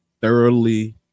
thoroughly